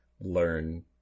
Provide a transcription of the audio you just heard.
learn